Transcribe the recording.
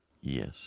yes